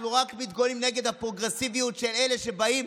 אנחנו רק מתגוננים נגד הפרוגרסיביות של אלה שבאים